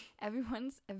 everyone's